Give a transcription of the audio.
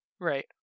Right